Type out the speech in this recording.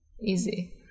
easy